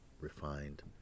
refined